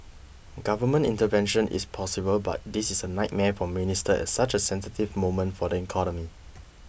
government intervention is possible but this is a nightmare for ministers at such a sensitive moment for the economy